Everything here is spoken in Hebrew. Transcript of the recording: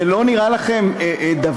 זה לא נראה לכם הזוי?